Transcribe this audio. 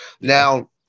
Now